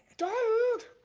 donald!